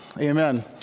amen